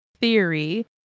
theory